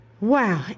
wow